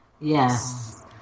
Yes